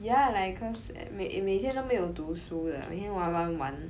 ya like cause 每每天都没有读书的每天玩玩玩